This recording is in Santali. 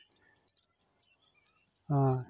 ᱦᱳᱭ